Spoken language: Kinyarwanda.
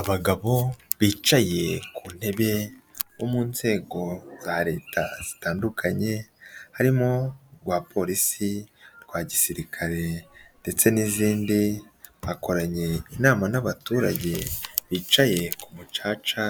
Abagabo bicaye ku ntebe, bo mu nzego za leta zitandukanye, harimo urwa polisi, urwa gisirikare ndetse n'izindi, bakoranye inama n'abaturage bicaye ku mucaca,